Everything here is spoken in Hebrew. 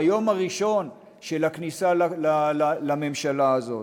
ביום הראשון של הכניסה לממשלה הזאת.